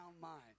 mind